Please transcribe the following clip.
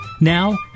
Now